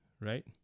right